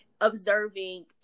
observing